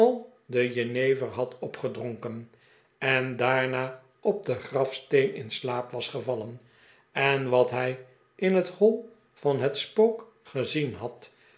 de jenever had opgedronken en daarna op den grafsteen in slaap was gevallen en wat hij in net hoi van het spook gezien had